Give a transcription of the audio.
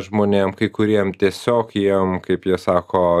žmonėm kai kuriem tiesiog jiem kaip jie sako